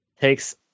takes